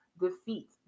defeat